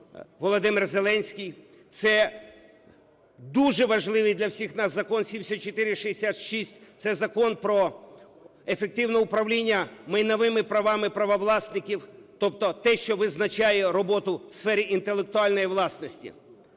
Володимир Зеленський, це дуже важливий для всіх нас Закон 7466, це Закон про ефективне управління майновими правами правовласників, тобто те, що визначає роботу в сфері інтелектуальної власності.